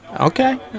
Okay